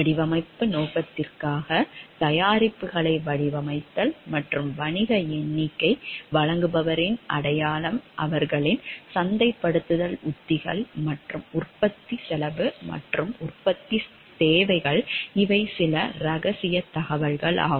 வடிவமைப்பு நோக்கத்திற்காக தயாரிப்புகளை வடிவமைத்தல் மற்றும் வணிகத் தகவல்கள் ஒரு திட்டத்தில் பணிபுரியும் ஊழியர்களின் எண்ணிக்கை வழங்குபவர்களின் அடையாளம் அவர்களின் சந்தைப்படுத்தல் உத்திகள் மற்றும் உற்பத்தி செலவு மற்றும் உற்பத்தித் தேவைகள் இவை சில ரகசியத் தகவல்களாகும்